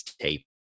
tape